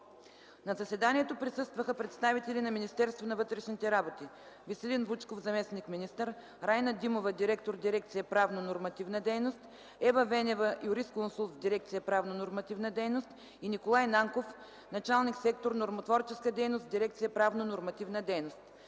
На заседанието присъстваха представители на Министерството на вътрешните работи – Веселин Вучков, заместник-министър, Райна Димова, директор дирекция „Правно-нормативна дейност”, Ева Венева, юрисконсулт в дирекция „Правно-нормативна дейност” и Николай Нанков, началник сектор „Нормотворческа дейност” в дирекция „Правно-нормативна дейност”;